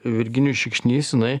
virginijus šikšnys jinai